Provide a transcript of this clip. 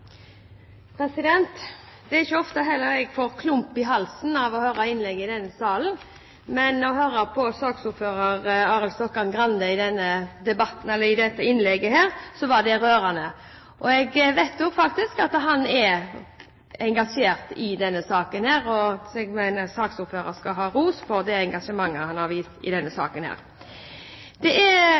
det. Det er ikke ofte jeg får klump i halsen av å høre innlegg i denne salen, men det var rørende å høre på saksordfører Arild Stokkan-Grandes innlegg her. Jeg vet også at han er engasjert i denne saken, så saksordføreren skal ha ros for det engasjementet han har vist i denne saken. Det er